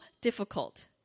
difficult